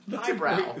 Eyebrow